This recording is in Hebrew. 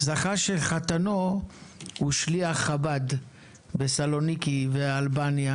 וזכה שחתנו הוא שליח חב"ד בסלוניקי ואלבניה